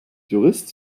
jurist